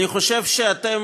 אני חושב שאתם